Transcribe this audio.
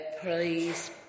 please